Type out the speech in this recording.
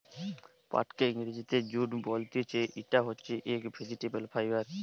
পাটকে ইংরেজিতে জুট বলতিছে, ইটা হচ্ছে একটি ভেজিটেবল ফাইবার